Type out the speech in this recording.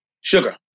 Sugar